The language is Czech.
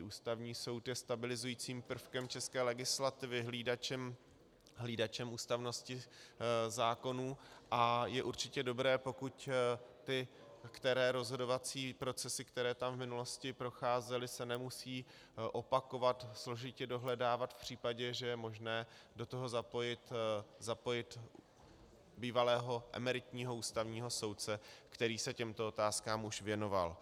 Ústavní soud je stabilizujícím prvkem české legislativy, hlídačem ústavnosti zákonů a je určitě dobré, pokud ty které rozhodovací procesy, které tam v minulosti procházely, se nemusí opakovat, složitě dohledávat v případě, že je možné do toho zapojit bývalého, emeritního ústavního soudce, který se těmto otázkám už věnoval.